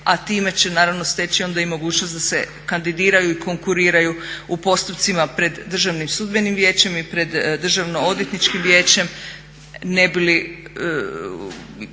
a time će naravno steći onda i mogućnost da se kandidiraju i konkuriraju u postupcima pred Državnim sudbenim vijećem i pred Državno odvjetničkim vijećem nebili